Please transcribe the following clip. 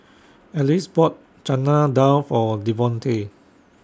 Anice bought Chana Dal For Devonte